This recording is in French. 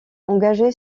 engagé